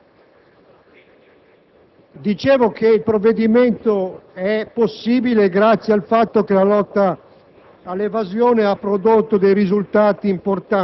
Presidente, la ringrazio. Dicevo che il provvedimento è possibile grazie al fatto che la lotta